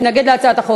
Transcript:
הוא מתנגד להצעת החוק.